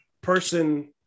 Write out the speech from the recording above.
person